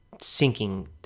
sinking